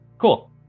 cool